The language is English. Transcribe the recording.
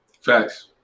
Facts